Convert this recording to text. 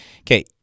Okay